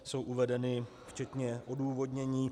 Jsou uvedeny včetně odůvodnění.